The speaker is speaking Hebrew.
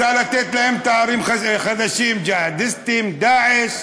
רוצה לתת להם תארים חדשים: ג'יהאדיסטים, דאעש.